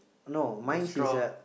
no mine is a